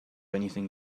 anything